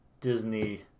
Disney